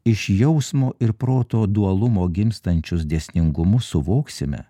iš jausmo ir proto dualumo gimstančius dėsningumus suvoksime